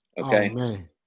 okay